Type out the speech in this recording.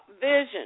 vision